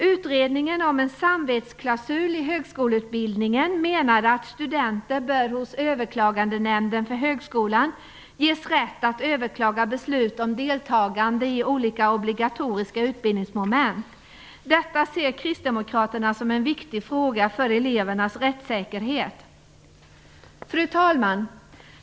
Utredningen om en samvetsklausul i högskoleutbildningen menade att studenter bör hos Överklagandenämnden för högskolan ges rätt att överklaga beslut om deltagande i obligatoriska utbildningsmoment. Detta ser Kristdemokraterna som en viktig fråga för elevernas rättssäkerhet. Fru talman!